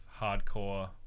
hardcore